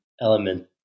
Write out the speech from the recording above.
element